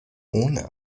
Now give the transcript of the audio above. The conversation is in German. ohne